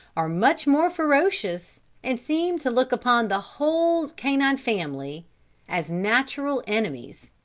are much more ferocious, and seem to look upon the whole canine family as natural enemies.